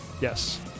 Yes